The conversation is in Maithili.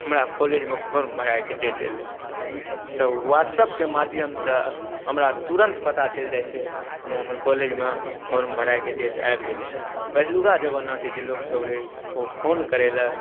हमरा कॉलेजमे फॉर्म भरैके डेट अएलै तऽ व्हाट्सअपके माध्यमसँ हमरा तुरन्त पता चलि जाइ छै जे हमर कॉलेजमे फॉर्म भरैके डेट आबि गेलै हँ पहिलुका जमानाके जे लोकसब रहै ओ फोन करैलए